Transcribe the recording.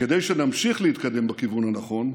כדי שנמשיך להתקדם בכיוון הנכון,